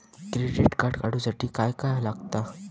Credit card काढूसाठी काय काय लागत?